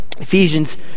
Ephesians